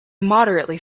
moderately